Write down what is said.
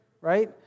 right